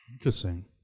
Interesting